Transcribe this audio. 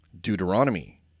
Deuteronomy